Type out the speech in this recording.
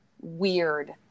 weird